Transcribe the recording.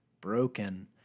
broken